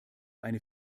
eine